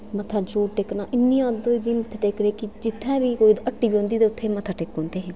मत्था जरूर टेकना इन्नी आदत होई दी उत्थै मत्था टेकना कि जित्थै बी कोई हट्टी बी होंदी उत्थै बी मत्था टेकी ओड़दे हे